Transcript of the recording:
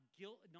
guilt